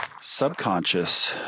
subconscious